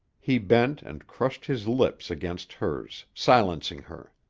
he bent and crushed his lips against hers, silencing her.